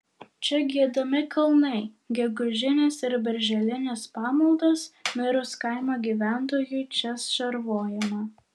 čia giedami kalnai gegužinės ir birželinės pamaldos mirus kaimo gyventojui čia šarvojama